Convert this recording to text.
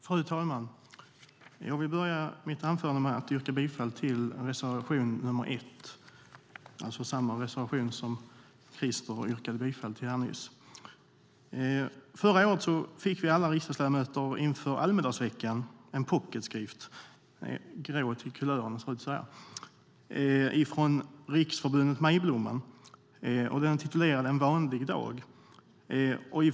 Fru talman! Jag vill börja mitt anförande med att yrka bifall till reservation nr 1, alltså samma reservation som ChristerEngelhardt yrkade bifall till nyss. Förra året fick alla riksdagsledamöter inför Almedalsveckan en pocketskrift från Riksförbundet Majblomman. Den är grå till kulören och har titeln En vanlig dag .